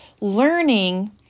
learning